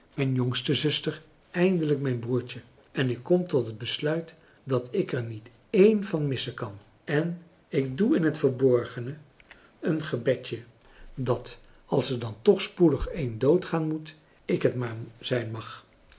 mijn jongste zuster eindelijk mijn broertje en ik kom tot het besluit dat ik er niet één van missen kan en ik doe in het verborgen een gefrançois haverschmidt familie en kennissen bedje dat als er dan toch spoedig een doodgaan moet ik het maar zijn mag